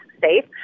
safe